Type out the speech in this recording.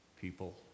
people